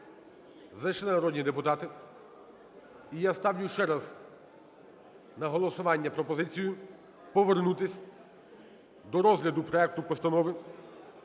Зайшли народні депутати, і я ставлю ще раз на голосування пропозицію повернутись до розгляду проекту Постанови